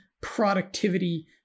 productivity